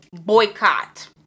boycott